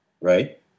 right